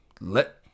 let